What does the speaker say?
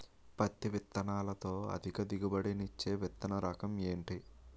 పత్తి విత్తనాలతో అధిక దిగుబడి నిచ్చే విత్తన రకం ఏంటి?